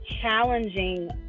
challenging